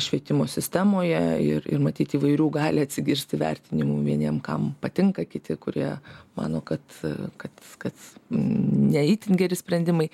švietimo sistemoje ir ir matyt įvairių gali atsikirsti vertinimų vieniem kam patinka kiti kurie mano kad kad kad ne itin geri sprendimai